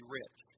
rich